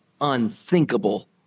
unthinkable